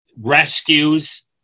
rescues